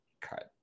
cut